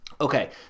Okay